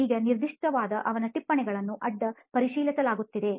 ಈಗ ನಿರ್ದಿಷ್ಟವಾದ ಅವನ ಟಿಪ್ಪಣಿಗಳನ್ನು ಅಡ್ಡ ಪರಿಶೀಲಿಸಲಾಗುತ್ತಿದೆ